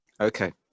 Okay